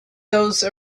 those